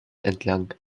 entlang